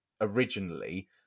originally